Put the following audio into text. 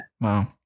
Wow